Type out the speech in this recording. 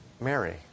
Mary